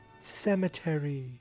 Cemetery